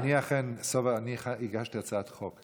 אכן, סובה, אני הגשתי הצעת חוק.